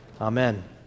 Amen